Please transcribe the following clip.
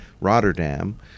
Rotterdam